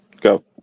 Go